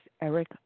Eric